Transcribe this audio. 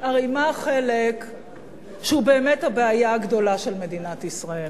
הרי מה החלק שהוא באמת הבעיה הגדולה של מדינת ישראל